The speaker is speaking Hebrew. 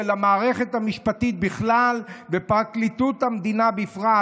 המערכת המשפטית בכלל ופרקליטות המדינה בפרט,